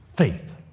Faith